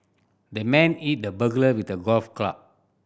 the man hit the burglar with a golf club